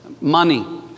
money